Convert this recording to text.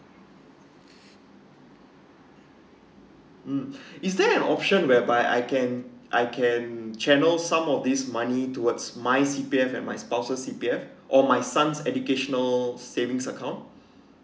mm is there an option whereby I can I can channel some of this money towards my C_P_F and my spouse's C_P_F or my son's educational savings account